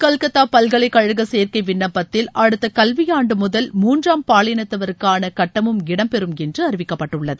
கல்கத்தா பல்கலைக்கழக சேர்க்கை விண்ணப்பத்தில் அடுத்த கல்வியாண்டு முதல் மூன்றாம் பாலினத்தவருக்கான கட்டமும் இடம்பெறும் என்று அறிவிக்கப்பட்டுள்ளது